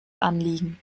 anliegen